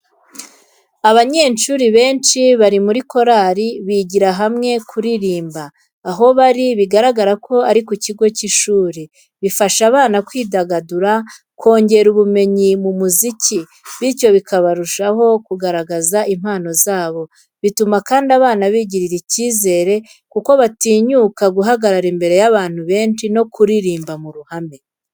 Abanyeshuri benshi bari muri korali bigira hamwe kuririmbira. Aho bari bigaragara ko ari ku kigo cy'ishuri. Bifasha abana kwidagadura, kongera ubumenyi mu muziki bityo bakarushaho kugaragaza impano zabo. Bituma kandi abana bigirira ikizere kuko batinyuka guhagarara imbere y'abantu benshi no kuririmba mu ruhame.